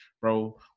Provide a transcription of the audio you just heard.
bro